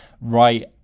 right